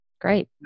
Great